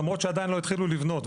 למרות שעדיין לא התחילו לבנות.